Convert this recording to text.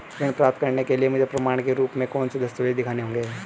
ऋण प्राप्त करने के लिए मुझे प्रमाण के रूप में कौन से दस्तावेज़ दिखाने होंगे?